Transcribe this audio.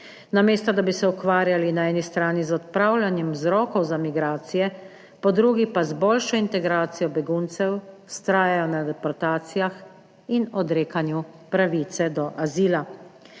Namesto, da bi se ukvarjali na eni strani z odpravljanjem vzrokov za migracije, po drugi pa z boljšo integracijo beguncev vztrajajo na deportacijah in odrekanju pravice do azila.